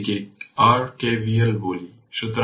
তাই τ R eq 1 Ω এবং τ 02 second বলেছি